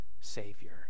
savior